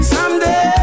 Someday